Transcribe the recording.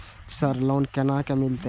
Sir loan केना मिलते?